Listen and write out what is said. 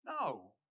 No